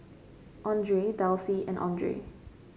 Andre Delsey and Andre